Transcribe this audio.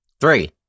Three